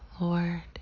Lord